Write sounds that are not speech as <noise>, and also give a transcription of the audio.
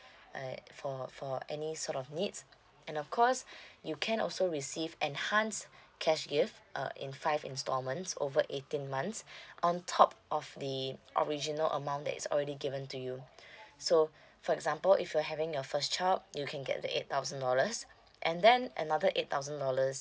like for for any sort of needs and of course <breath> you can also receive enhanced cash gift uh in five installments over eighteen months <breath> on top of the original amount that is already given to you <breath> so for example if you're having your first child you can get the eight thousand dollars and then another eight thousand dollars